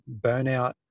burnout